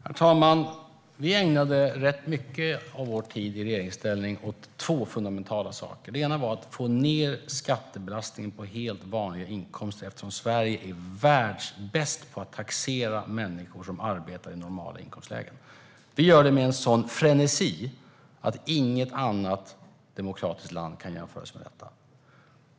Herr talman! Vi ägnade rätt mycket av vår tid i regeringsställning åt två fundamentala saker. Det ena var att få ned skattebelastningen på helt vanliga inkomster eftersom Sverige är världsbäst på att taxera människor som arbetar i normala inkomstlägen. Vi gör det med en sådan frenesi att inget annat demokratiskt land kan jämföras med oss.